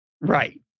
Right